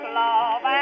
love